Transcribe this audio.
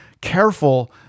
careful